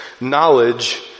knowledge